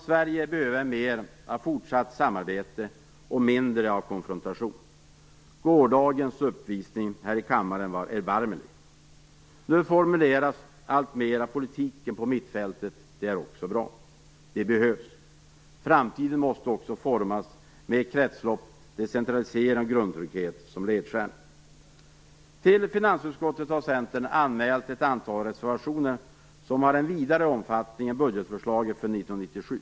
Sverige behöver mer av fortsatt samarbete och mindre av konfrontation. Gårdagens uppvisning här i kammaren var erbarmlig. Nu formuleras alltmer av politiken på mittfältet. Det är också bra. Det behövs. Framtiden måste också formas med kretslopp, decentralisering och grundtrygghet som ledstjärnor. Till finansutskottet har Centern anmält ett antal reservationer som har en vidare omfattning än budgetförslaget för 1997.